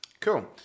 cool